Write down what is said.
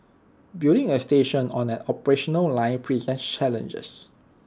building A station on an operational line presents challenges